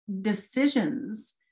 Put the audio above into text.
decisions